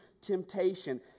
temptation